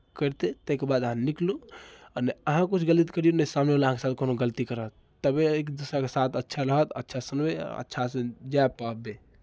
करिते ताहिके बाद अहाँ निकलू आ नहि अहाँ किछु गलत करियौ नहि सामनेवला अहाँके साथ कोइ गलती करत तबे एक दोसराके साथ अच्छा रहत अच्छा सुनबै अच्छासँ जाए पयबै